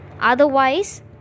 Otherwise